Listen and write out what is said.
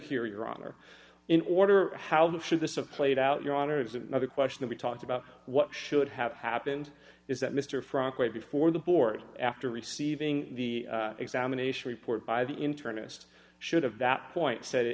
here your honor in order how much of this a plate out your honor is another question we talked about what should have happened is that mr frank way before the board after receiving the examination report by the internist should have that point said